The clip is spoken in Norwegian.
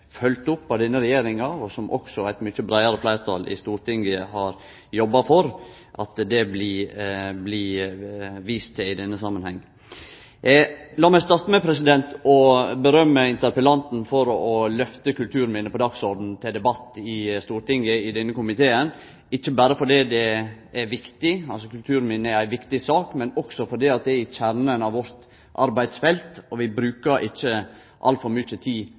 følgt opp av denne regjeringa, og som også eit breitt fleirtal i Stortinget har jobba for. Lat meg starte med å gje ros til interpellanten for å lyfte kulturminna opp på dagsordenen til debatt i Stortinget, ikkje berre fordi det er viktig – kulturminne er ei viktig sak – men også fordi det er i kjernen i vårt arbeidsfelt. Vi bruker ikkje altfor mykje tid